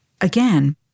Again